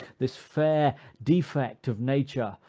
this fair defect of nature,